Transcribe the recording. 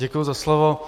Děkuji za slovo.